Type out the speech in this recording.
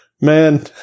man